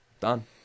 Done